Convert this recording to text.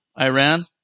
Iran